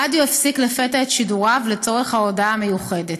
הרדיו הפסיק לפתע את שידוריו לצורך ההודעה המיוחדת: